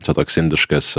čia toks indiškas